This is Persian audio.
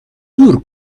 دور